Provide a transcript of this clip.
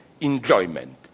enjoyment